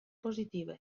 positives